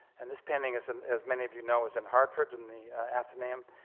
and this painting as and as many of you know is in hartford in the atheneum